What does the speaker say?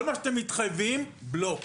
כל מה שאתם מתחייבים לא,